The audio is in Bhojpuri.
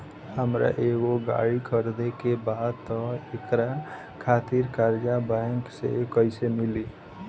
हमरा एगो गाड़ी खरीदे के बा त एकरा खातिर कर्जा बैंक से कईसे मिली?